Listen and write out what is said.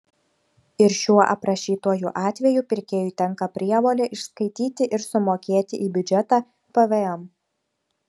ir šiuo aprašytuoju atveju pirkėjui tenka prievolė išskaityti ir sumokėti į biudžetą pvm